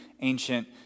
ancient